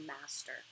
master